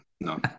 No